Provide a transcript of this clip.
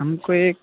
ہم کو ایک